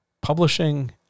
Publishing